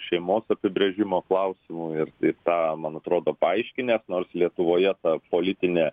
šeimos apibrėžimo klausimu ir ir tą man atrodo paaiškinęs nors lietuvoje ta politinė